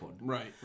right